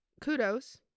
kudos